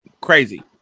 Crazy